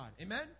Amen